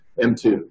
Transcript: M2